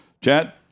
Chad